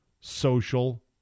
social